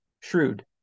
shrewd